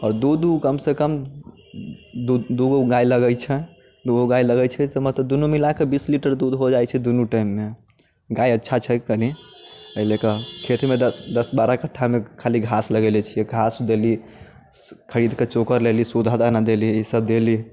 आओर दू दू कम सँ कम दू गो गाय लगै छै दू गो गाय लगय छै तऽ मतलब दूनू मिलाके बीस लीटर दूध हो जाइ छै दूनू टाइममे गाय अच्छा छै कनी अइ लेके खेतमे दस बारह कट्ठामे खाली घास लगेने छियै घास देली खरीदके चोकर लेली शुद्ध दाना देली ई सब देली